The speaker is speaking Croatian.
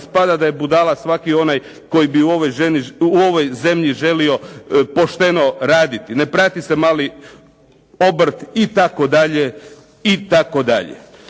Ispada da je budala svaki onaj koji bi u ovoj zemlji želio pošteno raditi. Ne prati se mali obrt, itd., itd. Da se